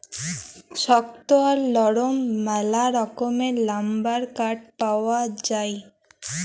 শক্ত আর লরম ম্যালা রকমের লাম্বার কাঠ পাউয়া যায়